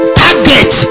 target